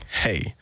hey